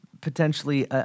potentially